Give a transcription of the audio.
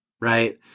right